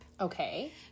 Okay